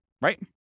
Right